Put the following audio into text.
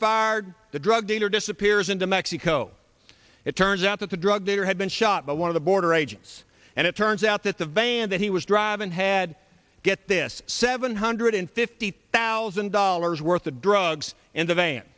fired drug dealer disappears into mexico it turns out that the drug dealer had been shot by one of the border agents and it turns out that the van that he was driving had get this seven hundred fifty thousand dollars worth of drugs in the van